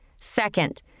Second